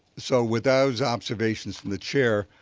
so, with those observations from the chair,